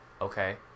okay